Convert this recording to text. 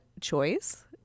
choice